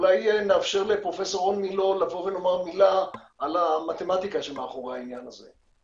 אולי נאפשר לפרופ' רון מילוא לומר מילה על המתמטיקה שמאחורי העניין הזה.